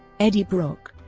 eddie brock